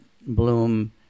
bloom